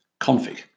config